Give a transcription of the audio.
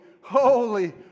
holy